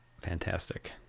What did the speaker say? fantastic